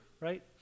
right